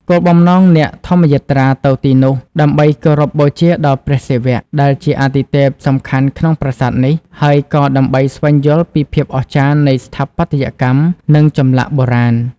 គោលបំណង អ្នកធម្មយាត្រាទៅទីនោះដើម្បីគោរពបូជាដល់ព្រះសិវៈ ដែលជាអាទិទេពសំខាន់ក្នុងប្រាសាទនេះ ហើយក៏ដើម្បីស្វែងយល់ពីភាពអស្ចារ្យនៃស្ថាបត្យកម្ម និងចម្លាក់បុរាណ។